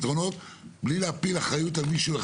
בלי להפיל סתם אחריות על מישהו.